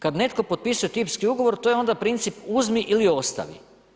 Kad netko potpisuje tipski ugovor, to je onda princip uzmi ili ostavi.